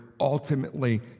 ultimately